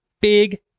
big